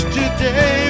today